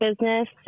business